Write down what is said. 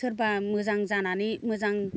सोरबा मोजां जानानै मोजां